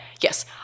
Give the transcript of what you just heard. yes